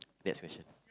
next question